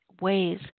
ways